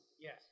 Yes